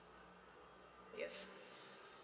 yes